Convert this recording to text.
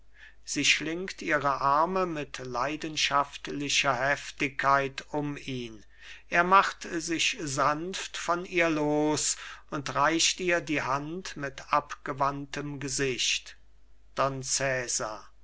sie schlingt ihre arme mit leidenschaftlicher heftigkeit um ihn er macht sich sanft von ihr los und reicht ihr die hand mit abgewandtem gesicht don